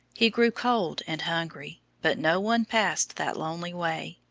he grew cold and hungry, but no one passed that lonely way.